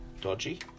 dodgy